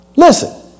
Listen